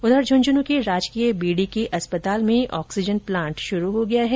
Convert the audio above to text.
इधर झंझनूं के राजकीय बीडीके अस्पताल में ऑक्सीजन प्लांट शुरू हो गया है